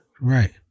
Right